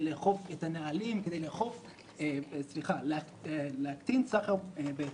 כדי להקטין סחר בהיתרים?